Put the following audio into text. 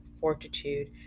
fortitude